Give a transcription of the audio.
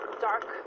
Dark